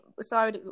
Sorry